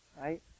right